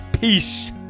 Peace